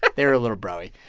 but they were a little bro-y.